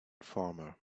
farmer